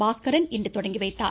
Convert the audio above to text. பாஸ்கரன் இன்று தொடங்கி வைத்தார்